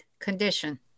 condition